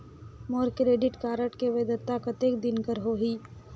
मोर credit card के वैधता कतेक दिन कर होही?